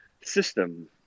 system